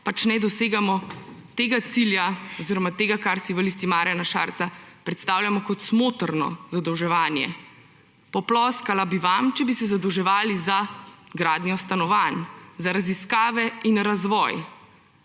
pač ne dosegamo tega cilja oziroma tega, kar si v Listi Marjana Šarca predstavljamo kot smotrno zadolževanje. Poploskala bi vam, če bi se zadolževali za gradnjo stanovanj, za raziskave in razvoj,